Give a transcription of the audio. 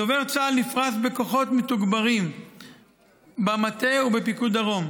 דובר צה"ל נפרס בכוחות מתוגברים במטה ובפיקוד דרום,